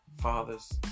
fathers